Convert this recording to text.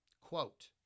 Quote